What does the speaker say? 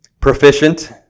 proficient